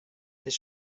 this